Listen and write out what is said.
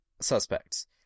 suspects